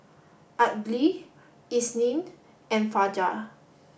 Aidil Isnin and Fajar